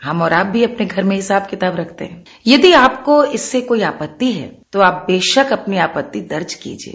हम और आप भी अपने घर में हिसाब किताब रखते हैं यदि आप को इससे कोई आपत्ति है तो आप बेशक अपनी आपत्ति दर्ज कीजिये